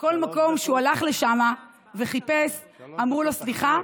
ובכל מקום שהוא הלך וחיפש אמרו לו: סליחה,